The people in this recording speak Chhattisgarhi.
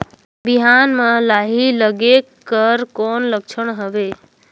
बिहान म लाही लगेक कर कौन लक्षण हवे?